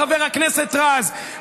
חבר הכנסת רז,